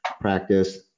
practice